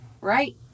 right